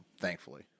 thankfully